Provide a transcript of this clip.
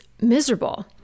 miserable